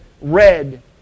red